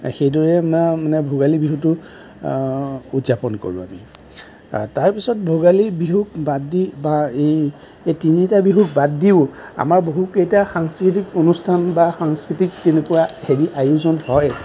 সেইদৰে মা মানে ভোগালী বিহুটো উদযাপন কৰোঁ আমি তাৰপিছত ভোগালী বিহুক বাদ দি বা এই এই তিনিওটা বিহুক বাদ দিও আমাৰ বহুত কেইটা সাংস্কৃতিক অনুষ্ঠান বা সাংস্কৃতিক তেনেকুৱা হেৰি আয়োজন হয়